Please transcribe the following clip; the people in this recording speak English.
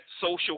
social